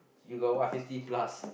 you got what fifty plus